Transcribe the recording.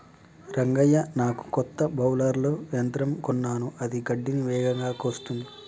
రంగయ్య నాకు కొత్త బౌలర్ల యంత్రం కొన్నాను అది గడ్డిని వేగంగా కోస్తుంది